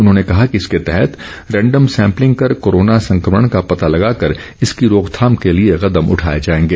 उन्होंने कहा कि इसके तहत रैंडम सैंपलिंग कर कोरोना संक्रमण का पता लगाकर इसकी रोकथाम के लिए कदम उठाए जाएंगे